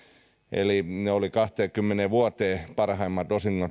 eli ne olivat kahteenkymmeneen vuoteen parhaimmat osingot